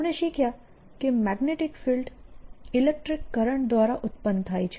આપણે શીખ્યા કે મેગ્નેટીક ફિલ્ડ ઇલેક્ટ્રીક કરંટ દ્વારા ઉત્પન્ન થાય છે